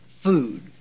food